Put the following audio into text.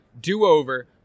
do-over